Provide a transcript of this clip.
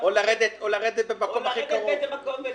או לרדת באיזה מקום קרוב.